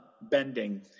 bending